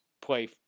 play